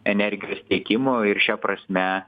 energijos tiekimo ir šia prasme